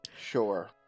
Sure